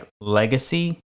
legacy